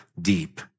deep